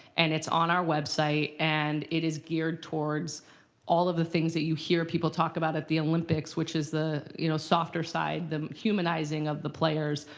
and it's on our website and it is geared towards all of the things that you hear people talk about at the olympics, which is the you know softer side, the humanizing of the players.